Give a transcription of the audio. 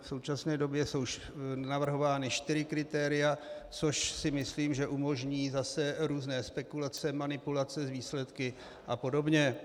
V současné době jsou navrhována čtyři kritéria, což si myslím, že umožní zase různé spekulace, manipulace s výsledky a podobně.